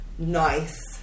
Nice